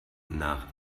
nach